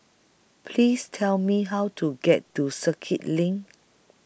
Please Tell Me How to get to Circuit LINK